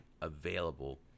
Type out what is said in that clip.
available